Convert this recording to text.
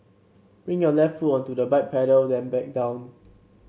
bring your left foot onto the bike pedal then back down